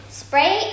spray